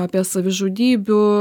apie savižudybių